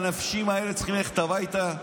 והאנשים האלה צריכים ללכת הביתה?